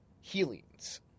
healings